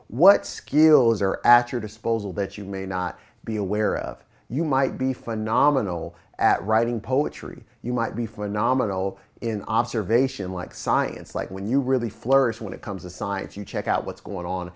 what skills are after disposal that you may not be aware of you might be phenomenal at writing poetry you might be phenomenal in observation like science like when you really flourish when it comes to science you check out what's going on